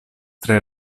tre